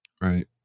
Right